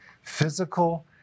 physical